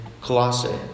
Colossae